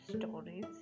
stories